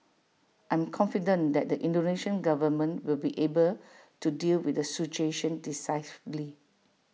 I am confident that the Indonesian government will be able to deal with the situation decisively